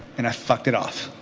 and i fucked it off.